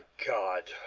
god!